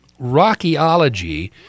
Rockyology